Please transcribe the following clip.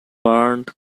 burned